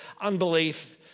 unbelief